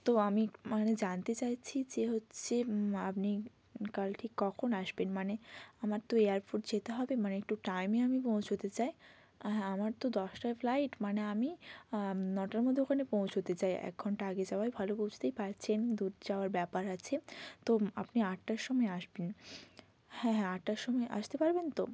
তো আমি মানে জানতে চাইছি যে হচ্ছে আপনি কাল ঠিক কখন আসবেন মানে আমার তো এয়ারপোর্ট যেতে হবে মানে একটু টাইমে আমি পৌঁছতে চাই হ্যাঁ আমার তো দশটায় ফ্লাইট মানে আমি নটার মধ্যে ওখানে পৌঁছতে চাই এক ঘন্টা আগে যাওয়ায় ভালো বুঝতেই পারছেন দূর যাওয়ার ব্যাপার আছে তো আপনি আটটার সময় আসবেন হ্যাঁ হ্যাঁ আটটার সময় আসতে পারবেন তো